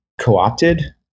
co-opted